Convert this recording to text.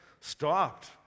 stopped